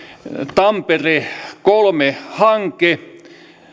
tampere kolme hanke